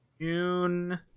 June